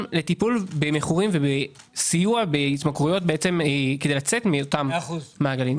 לטיפול במכורים ולסיוע בהתמכרויות כדי לצאת מאותם מעגלים.